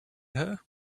her